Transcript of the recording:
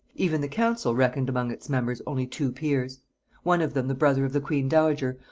even the council reckoned among its members only two peers one of them the brother of the queen-dowager,